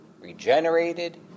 regenerated